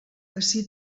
ací